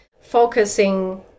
focusing